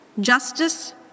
justice